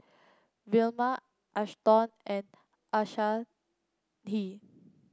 Vilma Ashton and Anahi Lee